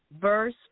verse